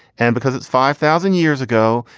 and because it's five thousand years ago,